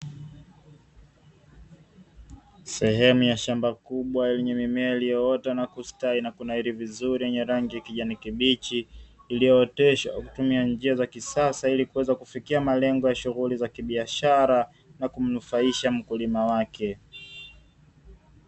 Sehemu ya shamba kubwa lenye mimea iliyoota na kustawi na kunawiri vizuri yenye rangi ya kijani kibichi, iliyooteshwa kwa kutumia njia za kisasa ilikuweza kufikia malengo ya shughuli za kibiashara na kumnufaisha mkulima wake.